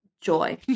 joy